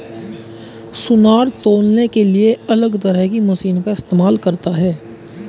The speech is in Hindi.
सुनार तौलने के लिए अलग तरह की मशीन का इस्तेमाल करता है